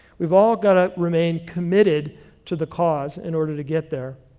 we've all got to remain committed to the cause in order to get there.